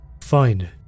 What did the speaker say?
Fine